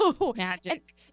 Magic